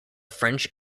french